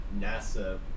NASA